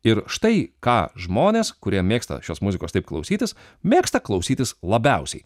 ir štai ką žmonės kurie mėgsta šios muzikos taip klausytis mėgsta klausytis labiausiai